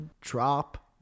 Drop